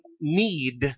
need